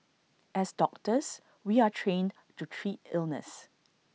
as doctors we are trained to treat illness